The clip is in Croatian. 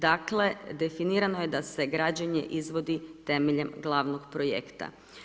Dakle, definirano je da se građenje izvodi temeljem glavnog projekta.